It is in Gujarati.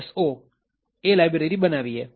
so લાયબ્રેરી બનાવીએ